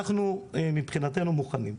אנחנו מבחינתנו מוכנים.